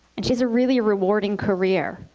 and she has a really rewarding career.